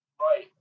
right